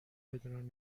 بدون